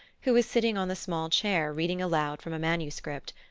who is sitting on the small chair reading aloud from a manuscript.